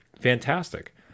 fantastic